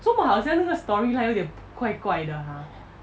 做莫好像那个 storyline 有点怪怪的 !huh!